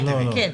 כן.